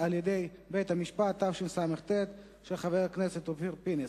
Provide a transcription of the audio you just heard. למקבלי פנסיה (תיקוני חקיקה), התשס"ט 2009, פ/421,